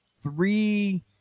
three